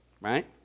right